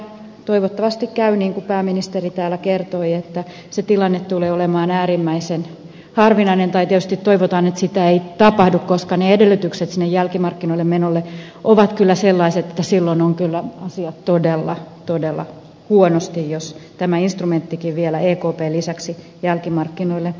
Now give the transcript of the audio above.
toivottavasti käy niin kuin pääministeri täällä kertoi että se tilanne tulee olemaan äärimmäisen harvinainen tai tietysti toivotaan että sitä ei tapahdu koska edellytykset sinne jälkimarkkinoille menolle ovat kyllä sellaiset että silloin ovat kyllä asiat todella todella huonosti jos tämä instrumenttikin vielä ekpn lisäksi jälkimarkkinoille menee